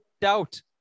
doubt